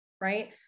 right